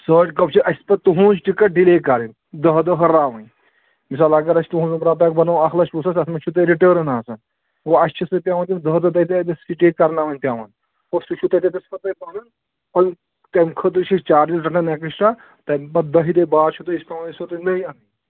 سٲڑۍ کپ چھِ اَسہِ پَتہٕ تُہٕنٛز ٹِکَٹ ڈِلے کَرٕنۍ دٔہ دٔہ ۂرناوٕنۍ مِثال اگر أسۍ تُہُنٛد رۄپیہِ بَنوو اَکھ لَچھ وُہ ساس اَتھ منٛز چھُو تۄہہِ رِٹٲرٕن آسان ووں اَسہِ چھِ سُہ پٮ۪وَان تِم دَہ دۄہ تَتہِ سِٹے کَرناوٕنۍ پٮ۪وَان اور سُہ چھُو تۄہہِ تَتٮ۪تھ پَتہٕ تۄہہِ پَنُن تَمہِ خٲطرٕ چھِ أسۍ چارجِز رَٹان ایکسٹرا تَمہِ پَتہٕ دٔہہِ دۄہہِ بعد چھُو تُہۍ أسۍ پٮ۪وان تۄہہِ نٔے اَنٕنۍ